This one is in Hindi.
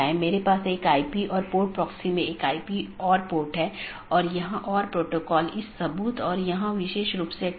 यह प्रत्येक सहकर्मी BGP EBGP साथियों में उपलब्ध होना चाहिए कि ये EBGP सहकर्मी आमतौर पर एक सीधे जुड़े हुए नेटवर्क को साझा करते हैं